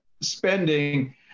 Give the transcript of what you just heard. spending